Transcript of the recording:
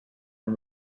and